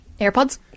AirPods